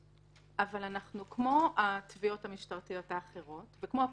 אבל כמו התביעות המשטרתיות האחרות וכמו הפרקליטות,